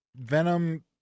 Venom